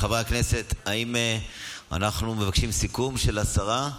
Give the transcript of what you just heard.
חברי הכנסת, האם אנחנו מבקשים סיכום של השרה?